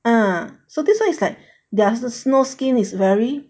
ah so this one is like ya the snow skin is very